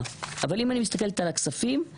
אבל אם אני מסתכלת על ועדת כספים,